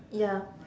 ya